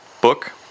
book